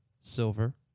silver